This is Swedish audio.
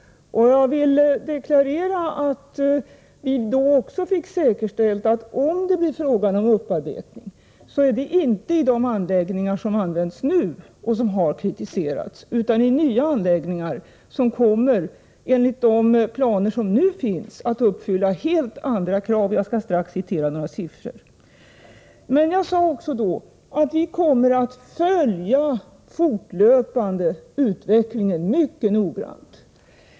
Jag vill deklarera att vi då också fick säkerställt, att om det blir fråga om upparbetning, kommer den inte att ske i de anläggningar som används nu och som har kritiserats utan i nya anläggningar, som enligt de planer som nu finns kommer att uppfylla helt andra krav. Jag skall strax citera några siffror. Jag sade då också att vi fortlöpande kommer att följa utvecklingen mycket noggrant.